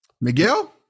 Miguel